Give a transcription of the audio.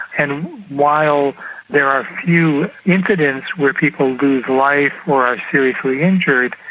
and while there are few incidents where people lose life or are seriously injured,